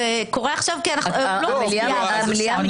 זה קורה עכשיו כי אנחנו --- המליאה מתכנסת.